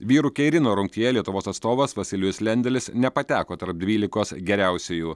vyrų keirino rungtyje lietuvos atstovas vasilijus lendelis nepateko tarp dvylikos geriausiųjų